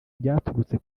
byaturutse